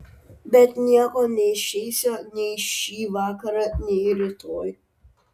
bet nieko neišeisią nei šį vakarą nei rytoj